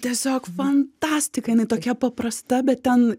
tiesiog fantastika jinai tokia paprasta bet ten